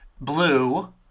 blue